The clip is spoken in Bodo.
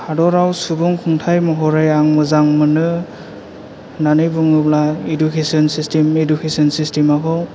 हादराव सुबुं खुंथाइ महरै आं मोजां मोनो होनानै बुङोब्ला इदुकेसन सिसटेम इदुकेसन सिसटेमा खौ